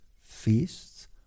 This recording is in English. feasts